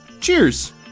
Cheers